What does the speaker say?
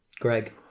Greg